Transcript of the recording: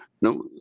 No